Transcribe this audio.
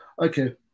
Okay